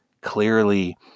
clearly